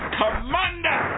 commander